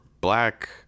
black